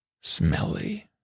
smelly